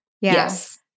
Yes